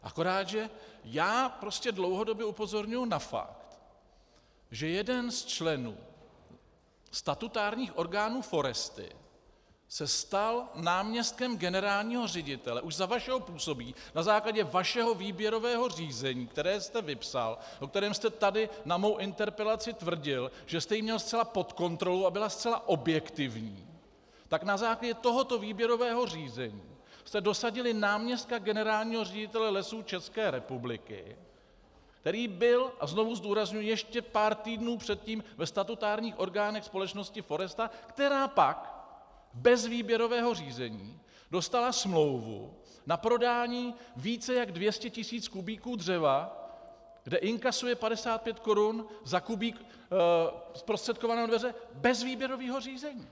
Akorát že já prostě dlouhodobě upozorňuji na fakt, že jeden z členů statutárních orgánů Foresty se stal náměstkem generálního ředitele už za vašeho působení na základě vašeho výběrového řízení, které jste vypsal, o kterém jste tady na mou interpelaci tvrdil, že jste ji měl zcela pod kontrolou a byla zcela objektivní, tak na základě tohoto výběrového řízení jste dosadili náměstka generálního ředitele Lesů České republiky, který byl, a znovu zdůrazňuji, ještě pár týdnů předtím ve statutárních orgánech společnosti Foresta, která pak bez výběrového řízení dostala smlouvu na prodání více než 200 tis. kubíků dřeva, kde inkasuje 55 korun za kubík zprostředkovaného dřeva, bez výběrového řízení!